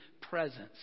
presence